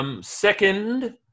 Second